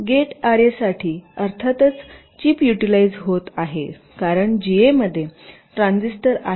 gate array साठी अर्थातच chip utilise होत आहे कारण जीएमध्ये ट्रान्झिस्टर आहेत